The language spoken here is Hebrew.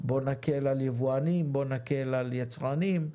בואו נקל על יבואנים, בואו נקל על יצרנים.